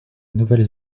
nouvelle